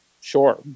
sure